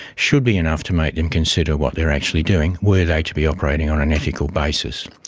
should be enough to make them consider what they are actually doing, were they to be operating on an ethical basis.